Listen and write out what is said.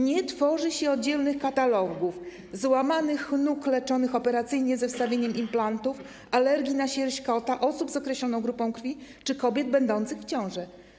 Nie tworzy się oddzielnych katalogów złamanych nóg leczonych operacyjnie ze wstawieniem implantów, alergii na sierść kota, osób z określoną grupą krwi czy kobiet będących w ciąży.